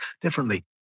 differently